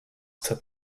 took